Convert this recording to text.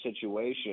situation